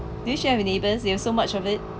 do you share with neighbours you have so much of it